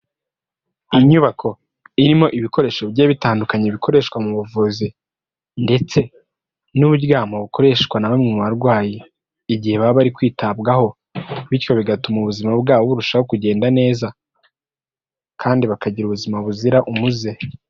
Inyubako irimo ibikoresho bye bitandukanye bikoreshwa mu buvuzi ndetse n'uburyamo bukoreshwa na bamwe mu barwayi igihe baba bari kwitabwaho, bityo bigatuma ubuzima bwabo burushaho kugenda neza kandi bakagira ubuzima buzira umuze.